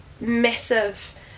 massive